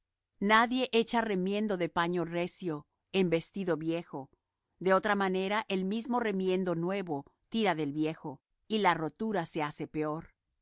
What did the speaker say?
nadie echa remiendo de paño recio en vestido viejo de otra manera el mismo remiendo nuevo tira del viejo y la rotura se hace peor